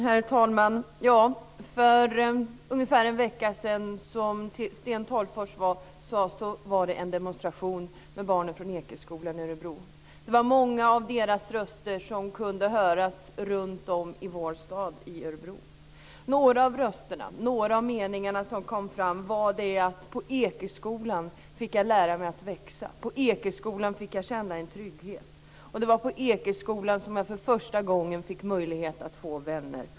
Herr talman! För ungefär en vecka sedan var det, som Sten Tolgfors sade, en demonstration med barnen från Ekeskolan i Örebro. Många av deras röster kunde höras runtom i vår stad, alltså i Örebro. Några av de röster och meningar som kom fram var: På Ekeskolan fick jag lära mig att växa. På Ekeskolan fick jag känna en trygghet. Det var på Ekeskolan som jag för första gången fick möjlighet att få vänner.